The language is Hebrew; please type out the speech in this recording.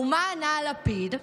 ומה ענה לפיד?